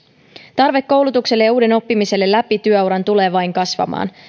tarve koulutukselle ja uuden oppimiselle läpi työuran tulee vain kasvamaan